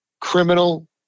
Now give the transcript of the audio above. criminal